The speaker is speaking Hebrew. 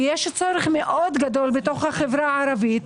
ויש צורך מאוד גדול בחברה הערבית,